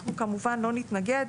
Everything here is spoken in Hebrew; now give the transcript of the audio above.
אנחנו כמובן לא נתנגד.